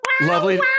Lovely